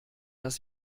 das